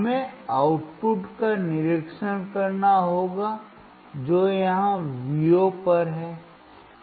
हमें आउटपुट का निरीक्षण करना होगा जो यहाँ Vo पर है